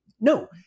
no